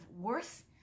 worth